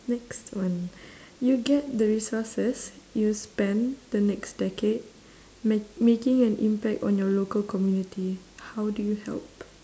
next one you get the resources you spend the next decade ma~ making an impact on your local community how do you help